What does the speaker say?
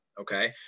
Okay